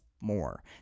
more